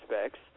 aspects